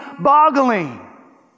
boggling